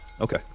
okay